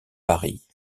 paris